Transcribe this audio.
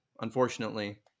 Unfortunately